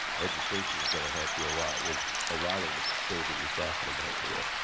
education is going to help you a lot with a lot of the things that you're talking about here.